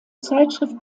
zeitschrift